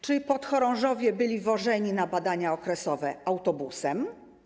Czy podchorążowie byli wożeni na badania okresowe autobusem?